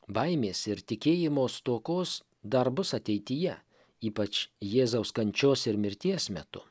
baimės ir tikėjimo stokos dar bus ateityje ypač jėzaus kančios ir mirties metu